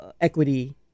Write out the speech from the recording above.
equity